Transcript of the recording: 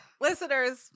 listeners